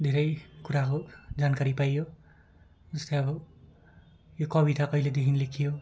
धेरै कुराहरू जानकारी पाइयो जस्तै अब यो कविता कहिलेदेखि लेखियो